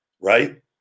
right